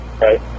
right